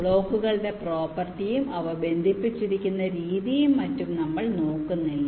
ബ്ലോക്കുകളുടെ പ്രോപ്പർട്ടിയും അവ ബന്ധിപ്പിച്ചിരിക്കുന്ന രീതിയും മറ്റും നമ്മൾ നോക്കുന്നില്ല